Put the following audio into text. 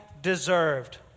deserved